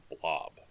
blob